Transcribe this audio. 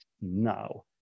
now